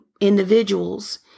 individuals